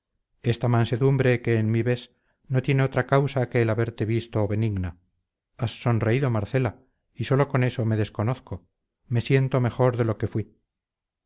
esta mansedumbre que en mí ves no tiene otra causa que el haberte visto benigna has sonreído marcela y sólo con eso me desconozco me siento mejor de lo que fuí